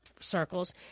circles